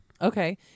Okay